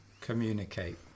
communicate